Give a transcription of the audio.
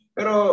Pero